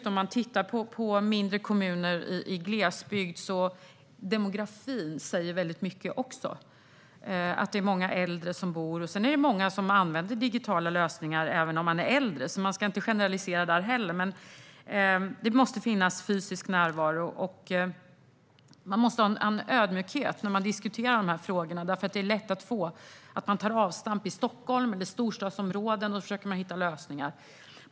Om man tittar på mindre kommuner i glesbygd säger dessutom demografin väldigt mycket. Det är många äldre som bor där. Det är många som använder digitala lösningar även om de är äldre, så man ska inte generalisera där heller. Men det måste finnas en fysisk närvaro. Man måste ha en ödmjukhet när man diskuterar de här frågorna. Det är lätt att man tar avstamp i Stockholm och andra storstadsområden och försöker hitta lösningar.